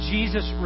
Jesus